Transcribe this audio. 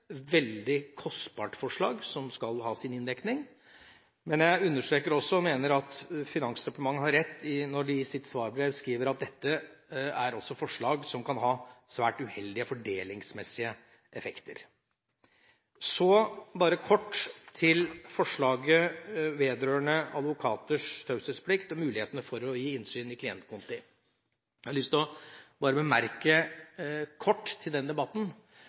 veldig kostbart forslag som skal ha sin inndekning, men jeg understreker også, og mener, at Finansdepartementet har rett når de i sitt svarbrev skriver at dette også er et forslag som kan ha svært uheldige fordelingsmessige effekter. Så bare kort til forslaget vedrørende advokaters taushetsplikt og mulighetene for å gi innsyn i klientkonti. Jeg har lyst til bare å bemerke kort til den debatten: